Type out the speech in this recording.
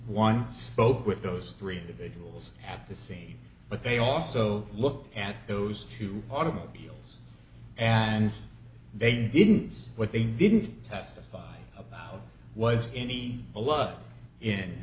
one spoke with those three individuals at the scene but they also looked at those two automobiles and they didn't see what they didn't testified about was any